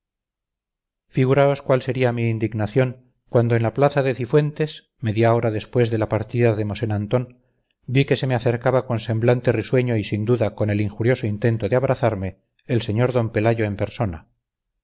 figuraos cuál sería mi indignación cuando en la plaza de cifuentes media hora después de la partida de mosén antón vi que se me acercaba con semblante risueño y sin duda con el injurioso intento de abrazarme el señor d pelayo en persona